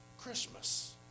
Christmas